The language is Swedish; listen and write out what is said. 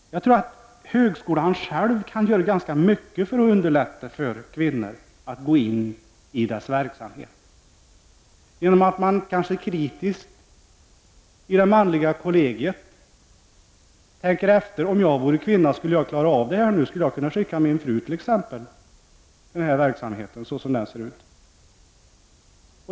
Jag tror att högskolan själv kan göra ganska mycket för att underlätta för kvinnor att gå in i verksamheten. I det manliga kollegiet kunde man kritiskt tänka efter om det vore möjligt att som kvinna klara av arbetet. Man kunde t.ex. fråga sig: Kan jag skicka min fru till den här verksamheten sådan som den nu ser ut?